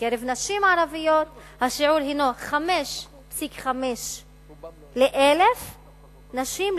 בקרב נשים ערביות השיעור הינו 5.5 ל-1,000 נשים,